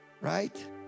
right